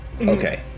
Okay